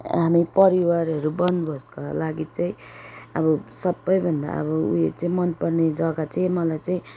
हामी परिवारहरू वनभोजको लागि चाहिँ अब सबैभन्दा अब उयो चाहिँ मनपर्ने जग्गा चाहिँ मलाई चाहिँ